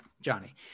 Johnny